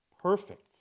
perfect